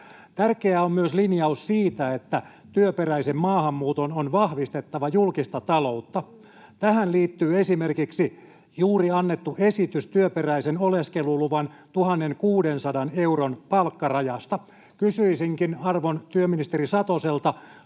Tärkeä on myös linjaus siitä, että työperäisen maahanmuuton on vahvistettava julkista taloutta. Tähän liittyy esimerkiksi juuri annettu esitys työperäisen oleskeluluvan 1 600 euron palkkarajasta. Kysyisinkin arvon työministeri Satoselta: